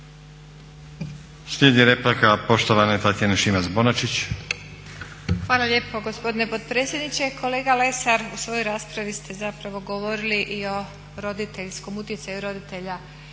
**Šimac Bonačić, Tatjana (SDP)** Hvala lijepo gospodine potpredsjedniče. Kolega Lesar u svojoj raspravi ste govorili i o roditeljskom utjecaju roditelja